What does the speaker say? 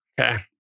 okay